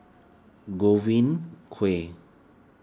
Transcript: Godwin Koay